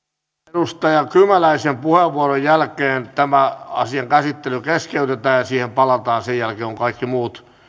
edustaja kymäläisen puheenvuoron jälkeen tämän asian käsittely keskeytetään ja siihen palataan sen jälkeen kun kaikki muut